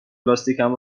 لاستیکم